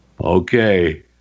Okay